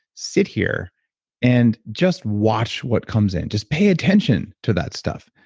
sit here and just watch what comes in. just pay attention to that stuff.